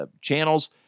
channels